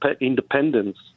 independence